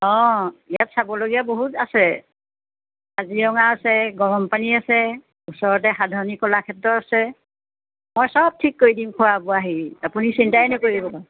অঁ ইয়াত চাবলগীয়া বহুত আছে কাজিৰঙা আছে গৰমপানী আছে ওচৰতে সাধনী কলাক্ষেত্ৰ আছে মই চব ঠিক কৰি দিম খোৱা বোৱা হেৰি আপুনি চিন্তাই নকৰিব